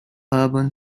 urban